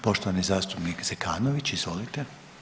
Poštovani zastupnik Zekanović, izvolite.